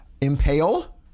Impale